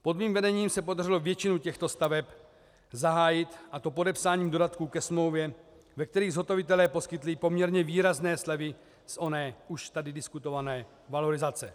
Pod mým vedením se podařilo většinu těchto staveb zahájit, a to podepsáním dodatků ke smlouvě, ve kterých zhotovitelé poskytli poměrně výrazné slevy z oné už tady diskutované valorizace.